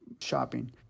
shopping